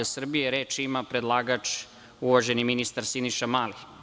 Reč ima predlagač, uvaženi ministar Siniša Mali.